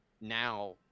Now